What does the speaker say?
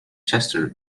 chester